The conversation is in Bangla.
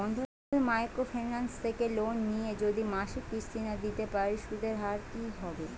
বন্ধন মাইক্রো ফিন্যান্স থেকে লোন নিয়ে যদি মাসিক কিস্তি না দিতে পারি সুদের হার কি হবে?